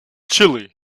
chile